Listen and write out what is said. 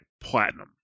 platinum